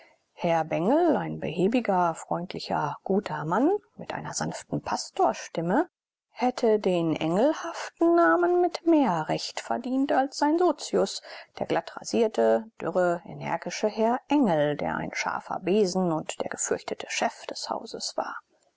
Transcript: herr bengel ein behäbiger freundlicher guter mann mit einer sanften pastorstimme hätte den engelhaften namen mit mehr recht verdient als sein sozius der glatt rasierte dürre energische herr engel der ein scharfer besen und der gefürchtete chef des hauses war